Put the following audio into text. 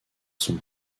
son